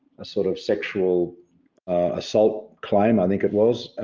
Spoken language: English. sort of sexual assault claim, i think it was.